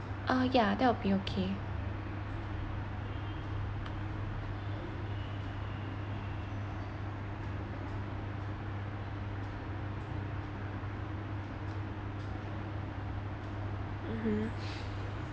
ah ya that will be okay mmhmm